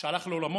שהלך לעולמו.